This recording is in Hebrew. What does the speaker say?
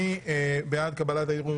מי בעד קבלת הערעור?